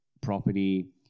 property